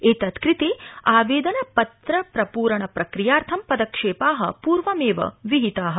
एतत्कृते अवेदनपत्र प्रप्रणादि प्रक्रियार्थं पदक्षेपा पूर्वमेव विहिता